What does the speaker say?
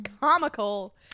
comical